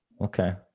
Okay